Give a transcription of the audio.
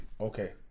Okay